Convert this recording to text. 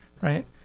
right